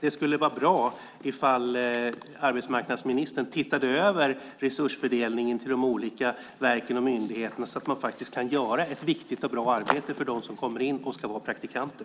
Det skulle vara bra ifall arbetsmarknadsministern kunde titta över resursfördelningen till de olika verken och myndigheterna och se till att de kan göra ett viktigt och bra arbete för dem som kommer in som praktikanter.